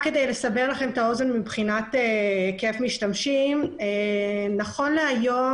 היקף המשתמשים נכון להיום